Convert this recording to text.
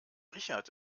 richard